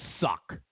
suck